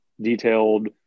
detailed